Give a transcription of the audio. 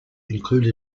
include